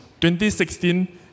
2016